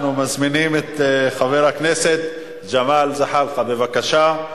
אנחנו מזמינים את חבר הכנסת ג'מאל זחאלקה, בבקשה,